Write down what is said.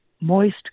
moist